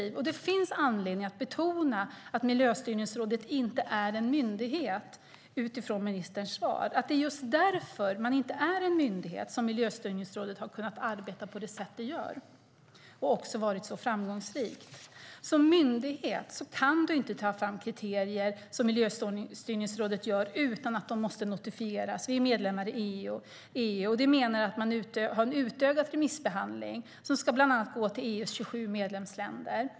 Det finns utifrån ministerns svar anledning att betona att Miljöstyrningsrådet inte är en myndighet och att det är just därför att man inte är en myndighet som Miljöstyrningsrådet har kunnat arbeta på det sätt som man arbetar och också varit så framgångsrikt. Som myndighet kan man inte ta fram kriterier som Miljöstyrningsrådet gör utan att de måste notifieras. Vi är medlemmar EU, och det innebär en utökad remissbehandling som bland annat ska gå till EU:s 28 medlemsländer.